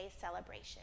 celebration